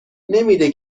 نمیده